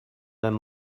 than